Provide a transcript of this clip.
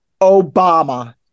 Obama